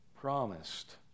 promised